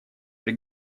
при